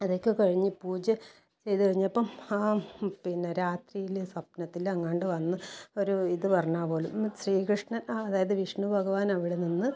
അതൊക്കെ കഴിഞ്ഞ് പൂജ ചെയ്ത് കഴിഞ്ഞപ്പം ആ പിന്നെ രാത്രിയിൽ സ്വപ്നത്തിലെങ്ങാണ്ട് വന്ന് ഒരു ഇത് പറഞ്ഞു പോലും ശ്രീകൃഷ്ണൻ അതായത് വിഷ്ണു ഭഗവാൻ അവിടെ നിന്ന്